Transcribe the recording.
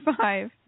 five